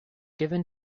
given